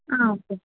okay